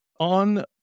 On